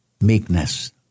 meekness